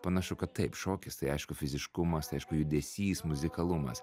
panašu kad taip šokis tai aišku fiziškumas aišku judesys muzikalumas